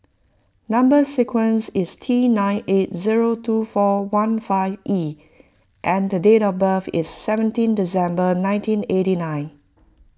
Number Sequence is T nine eight zero two four one five E and date of birth is seventeen December nineteen eighty nine